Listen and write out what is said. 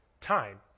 time